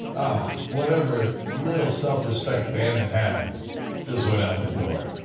whatever little self-respect bannon had just went out the door.